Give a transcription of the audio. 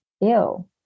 ew